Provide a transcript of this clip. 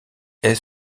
est